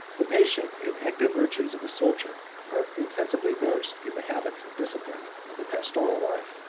the patient and active virtues of a soldier are insensibly nursed in the habits and discipline of a pastoral life.